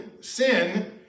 sin